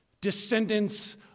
descendants